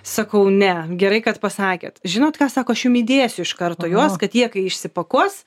sakau ne gerai kad pasakėt žinot ką sako aš jum įdėsiu iš karto juos kad jie kai išsipakuos